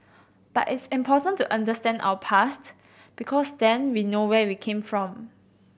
but it's important to understand our past because then we know where we came from